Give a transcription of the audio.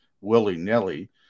willy-nilly